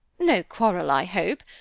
no quarrel, i hope?